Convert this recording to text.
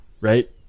Right